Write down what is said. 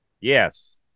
Yes